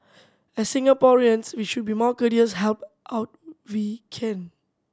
as Singaporeans we should be more courteous help out we can